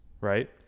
right